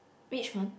which month